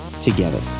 together